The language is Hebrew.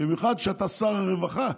במיוחד שאתה שר הרווחה,